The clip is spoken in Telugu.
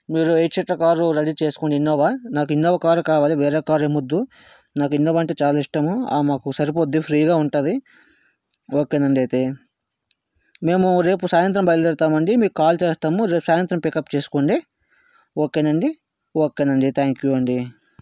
మీరు ఇచ్చేట కారు రెడీ చేసుకోండి ఇన్నోవా నాకు ఇన్నోవా కారు కావాలి వేరే కారు ఏమీ వద్దు నాకు ఇన్నోవా అంటే చాలా ఇష్టము మాకు సరిపోద్ది ఫ్రీగా ఉంటది ఓకే నండి అయితే మేము రేపు సాయంత్రం బయలుదేరుతామండి మీకు కాల్ చేస్తాము రేపు సాయంత్రం పికప్ చేసుకోండి ఓకే నండి ఓకే నండి థ్యాంక్యూ అండి